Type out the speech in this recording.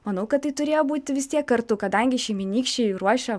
manau kad tai turėjo būti vis tiek kartu kadangi šeimynykščiai ruošia